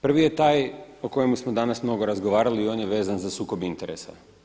Prvi je taj o kojemu smo danas mnogo razgovarali i on je vezan za sukob interesa.